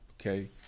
okay